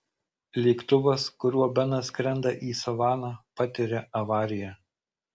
lėktuvas kuriuo benas skrenda į savaną patiria avariją